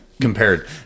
Compared